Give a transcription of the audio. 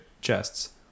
chests